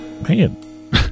Man